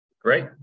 Great